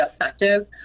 effective